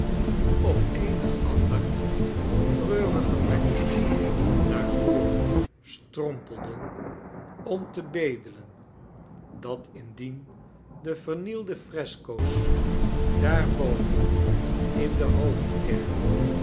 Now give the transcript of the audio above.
of eenig ander treurig gebrek naar voren strompelen om te bedelen dat indien de vernielde fresco's daar boven in de hoofdkerk